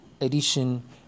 edition